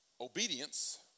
obedience